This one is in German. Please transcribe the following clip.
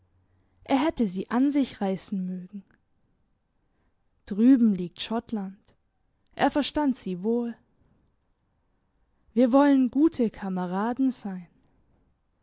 er hätte sie an sich reissen mögen drüben liegt schottland er verstand sie wohl wir wollen gute kameraden sein